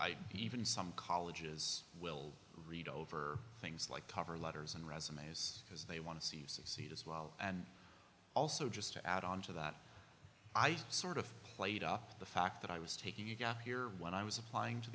i even some colleges will read over things like cover letters and resumes because they want to see you succeed as well and also just to add on to that ice sort of played up the fact that i was taking you got here when i was applying to